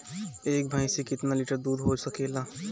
एक भइस से कितना लिटर दूध हो सकेला?